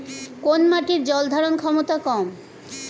কোন মাটির জল ধারণ ক্ষমতা কম?